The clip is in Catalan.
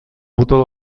botó